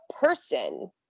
person